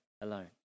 alone